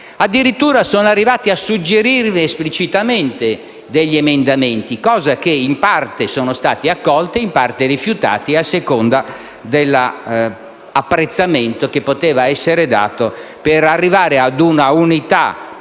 Addirittura sono arrivati a suggerirmi esplicitamente alcuni emendamenti, che in parte sono stati accolti e in parte rifiutati a seconda dell'apprezzamento che poteva essere dato per arrivare ad un'unità